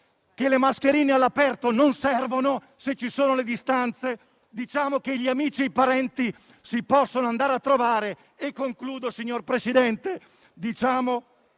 che le mascherine all'aperto non servono, se ci sono le distanze. Diciamo che gli amici e i parenti si possono andare a trovare. Diciamo che si possono